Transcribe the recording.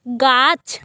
গাছ